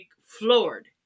floored